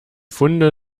funde